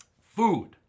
food